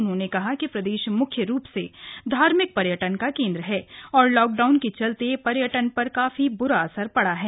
उन्होंने कहा कि प्रदेश मुख्य रूप से धार्मिक पर्यटन का केन्द्र है और लाकडाऊन के चलते पर्यटन पर काफी बुरा असर पड़ा है